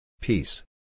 Peace